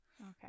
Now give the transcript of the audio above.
Okay